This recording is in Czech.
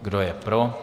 Kdo je pro?